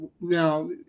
now